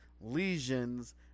lesions